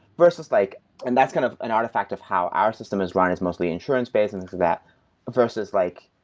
versus like and that's kind of an artifact of how our system is run, it's mostly insurance-base and it's that versus like,